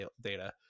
data